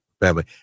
family